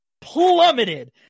Plummeted